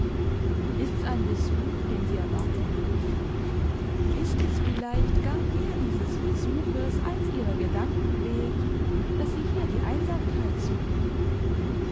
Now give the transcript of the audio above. ist's ein besuch den sie erwartet ist es vielleicht gar mehr dieses besuches als ihrer gedanke wegen daß sie hier die einsamkeit suchte